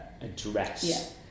address